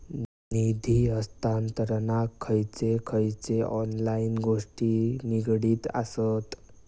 निधी हस्तांतरणाक खयचे खयचे ऑनलाइन गोष्टी निगडीत आसत?